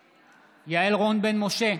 בעד יעל רון בן משה,